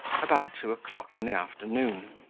about two o'clock in the afternoon.